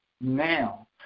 Now